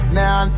now